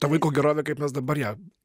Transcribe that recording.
ta vaiko gerovė kaip mes dabar ją